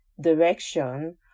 direction